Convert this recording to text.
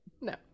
No